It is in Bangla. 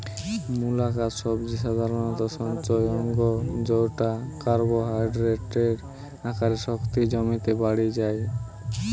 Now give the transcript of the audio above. মূলাকার সবজি সাধারণত সঞ্চয় অঙ্গ জউটা কার্বোহাইড্রেটের আকারে শক্তি জমিতে বাড়ি যায়